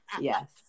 Yes